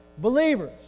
believers